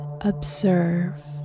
observe